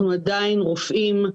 אנחנו עדיין רופאים,